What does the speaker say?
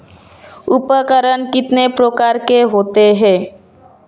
उपकरण कितने प्रकार के होते हैं?